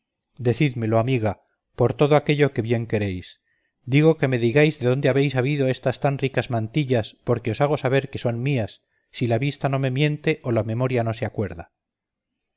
decídmelo amiga por todo aquello que bien queréis digo que me digáis de dónde habéis habido estas tan ricas mantillas porque os hago saber que son mías si la vista no me miente o la memoria no se acuerda